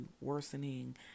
worsening